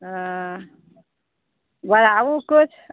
ओ बढ़ाबू किछु